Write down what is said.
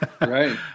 Right